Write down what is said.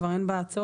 כבר אין בה צורך.